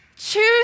Choose